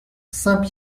saint